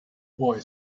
boy